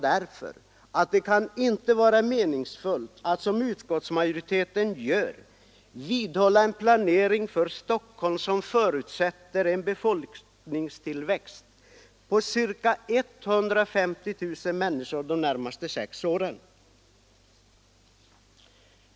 Det kan inte vara meningsfullt att, som utskottsmajoriteten gör, vidhålla en planering för Stockholm som förutsätter en befolkningstillväxt på ca 150 000 människor de närmaste sex åren.